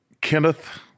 Kenneth